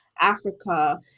Africa